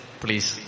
please